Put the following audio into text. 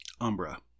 Umbra